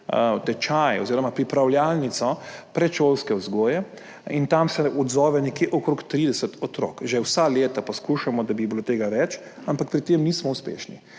tečaj oziroma pripravljalnico predšolske vzgoje, se odzove okrog 30 otrok. Že vsa leta poskušamo, da bi jih bilo več, ampak pri tem nismo uspešni,